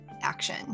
action